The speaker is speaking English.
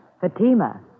Fatima